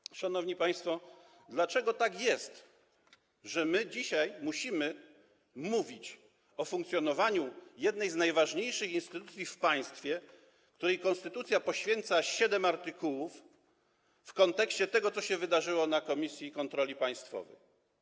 A więc, szanowni państwo, dlaczego tak jest, że my dzisiaj musimy mówić o funkcjonowaniu jednej z najważniejszych instytucji w państwie, której konstytucja poświęca siedem artykułów w kontekście tego, co się wydarzyło na komisji kontroli państwowej?